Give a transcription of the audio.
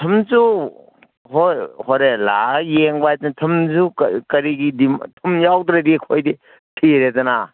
ꯊꯨꯝꯁꯨ ꯍꯣꯏ ꯍꯣꯔꯦꯟ ꯂꯥꯛꯑ ꯌꯦꯡꯕ ꯍꯥꯏꯗꯨꯅꯤ ꯊꯨꯝꯁꯨ ꯀꯔꯤꯒꯤ ꯊꯨꯝ ꯌꯥꯎꯗ꯭ꯔꯗꯤ ꯑꯩꯈꯣꯏꯗꯤ ꯁꯤꯔꯦꯗꯅ